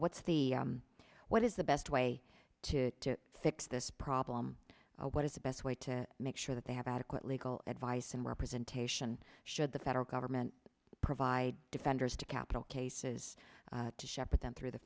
what's the what is the best way to fix this problem what is the best way to make sure that they have adequate legal advice and representation should the federal government provide defenders to capital cases to shepherd them through the